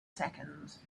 seconds